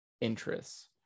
interests